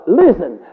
listen